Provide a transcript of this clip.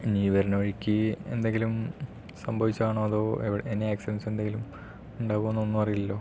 ഇനി വരുന്ന വഴിക്ക് എന്തെങ്കിലും സംഭവിച്ചതാണോ അതോ എനി ആക്സിഡന്റ്സ് എന്തെങ്കിലും ഉണ്ടാവുമോന്നൊന്നും അറിയില്ലല്ലോ